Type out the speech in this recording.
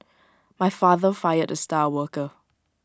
my father fired the star worker